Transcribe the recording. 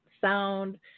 sound